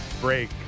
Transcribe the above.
break